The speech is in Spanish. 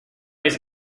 mis